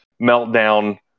meltdown